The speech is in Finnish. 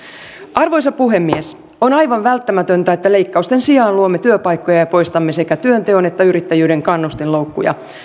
arvoisa puhemies on aivan välttämätöntä että leikkausten sijaan luomme työpaikkoja ja poistamme sekä työnteon että yrittäjyyden kannustinloukkuja